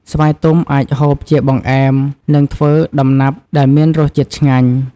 ស្វាយទុំអាចហូបជាបង្អែមនិងធ្វើដំណាប់ដែលមានរសជាតិឆ្ងាញ់។